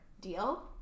Deal